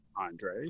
Andre